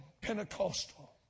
Pentecostal